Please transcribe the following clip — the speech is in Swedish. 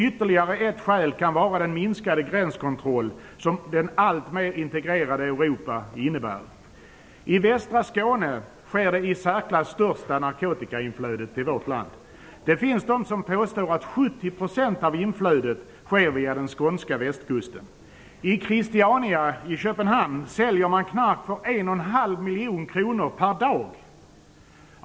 Ytterligare ett skäl kan vara den minskade gränskontroll som det alltmer integrerade Europa innebär. I västra Skåne sker det i särklass största flödet av narkotika till vårt land. Det finns de som påstår att 70 % av inflödet sker via den skånska västkusten. I Christiania i Köpenhamn säljer man knark för 1,5 miljoner kronor per dag.